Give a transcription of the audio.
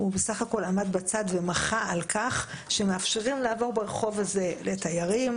הוא בסך הכל עמד בצד ומחה על כך שמאפשרים לעבור ברחוב הזה לתיירים,